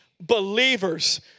believers